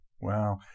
wow